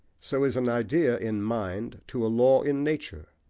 so is an idea in mind to a law in nature.